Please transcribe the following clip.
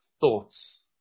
thoughts